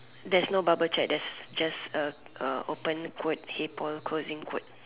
there's no bubble chat there's just uh uh open quote hey Paul closing quote